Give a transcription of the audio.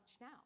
now